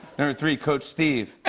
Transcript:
number three coach steve.